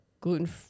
gluten